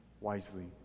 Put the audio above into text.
wisely